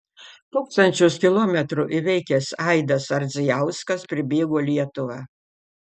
tūkstančius kilometrų įveikęs aidas ardzijauskas pribėgo lietuvą